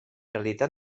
realitat